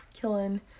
Killing